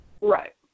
Right